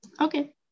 Okay